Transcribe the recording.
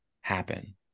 happen